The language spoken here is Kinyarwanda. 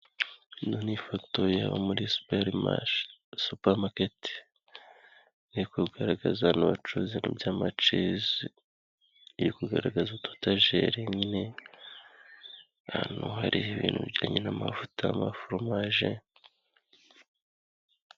Iyi ni foto yo muri superimarishe na supamaketi. Iri kugaragaza ahantu bacuruza ibintu bya amajuwisi, iri kugaragaza udutajeri nyine. Ahantu hari ibintu bijyanye n'amavuta y'amaforomaje.